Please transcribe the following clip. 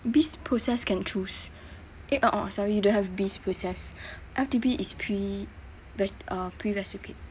biz process can choose eh oh oh sorry you don't have biz process R_T_P is prereq~ uh prerequisite